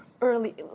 early